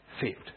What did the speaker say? Saved